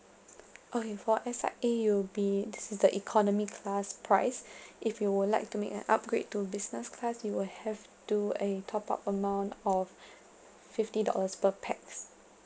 okay for S_I_A you'll be this the economy class price if you will like to make an upgrade to business class you will have do a top up amount of fifty dollars per pax